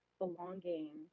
belonging